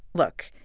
look.